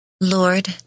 Lord